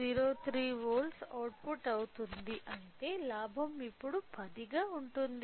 3 volt output అవుతోంది అంటే లాభం ఇప్పుడు 10 గా ఉంది